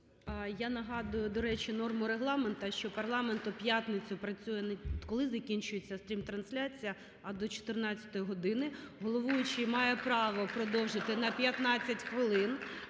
Я нагадую, до речі, норму Регламенту, що парламент в п'ятницю працює не коли закінчується стрім-трансляція, а до 14-ї години. Головуючий має право продовжити на 15 хвилин